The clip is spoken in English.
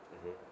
mmhmm